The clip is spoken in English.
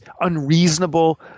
unreasonable